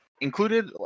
included